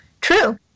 True